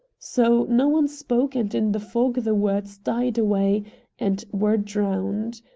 so no one spoke, and in the fog the words died away and were drowned.